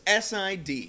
SID